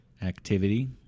Activity